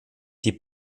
die